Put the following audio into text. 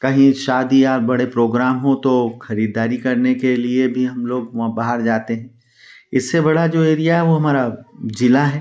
कहीं शादी या बड़े प्रोग्राम हो तो खरीदारी करने के लिए भी हमलोग वहाँ बाहर जाते हैं इससे बड़ा जो एरिया है वह हमारा जिला है